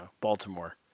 Baltimore